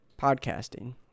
podcasting